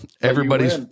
Everybody's